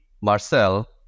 Marcel